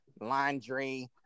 laundry